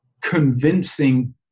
convincing